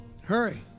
Hurry